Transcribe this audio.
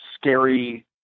scary